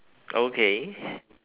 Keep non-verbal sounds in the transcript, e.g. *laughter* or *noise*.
okay *breath*